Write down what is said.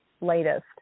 latest